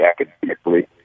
academically